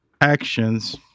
actions